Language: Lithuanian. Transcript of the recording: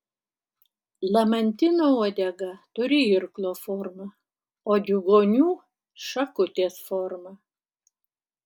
lamantino uodega turi irklo formą o diugonių šakutės formą